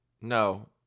No